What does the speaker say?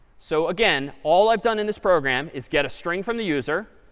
so again, all i've done in this program is get a string from the user,